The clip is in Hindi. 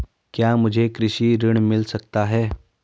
क्या मुझे कृषि ऋण मिल सकता है?